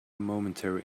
momentary